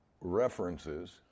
references